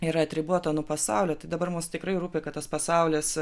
yra atribota nuo pasaulio tai dabar mums tikrai rūpi kad tas pasaulis